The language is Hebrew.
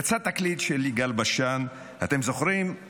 יצא תקליט של יגאל בשן, אתם זוכרים?